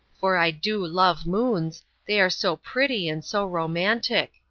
for i do love moons, they are so pretty and so romantic.